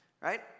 right